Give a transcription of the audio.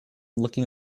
looking